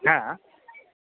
হ্যাঁ